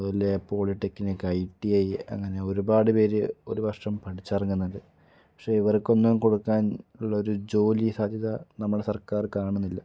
അതുപോലെ polytechnic I T I അങ്ങനെ ഒരുപാട് പേർ ഒരു വർഷം പഠിച്ചിറങ്ങുന്നത് പക്ഷെ ഇവർക്കൊന്നും കൊടുക്കാൻ ഉള്ള ഒരു ജോലിസാധ്യത നമ്മുടെ സർക്കാർ കാണുന്നില്ല